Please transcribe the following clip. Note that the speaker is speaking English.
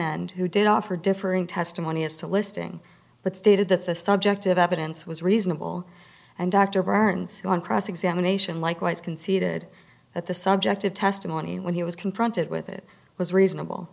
end who did offer differing testimony as to listing but stated that the subjective evidence was reasonable and dr burns who on cross examination likewise conceded that the subjective testimony when he was confronted with it was reasonable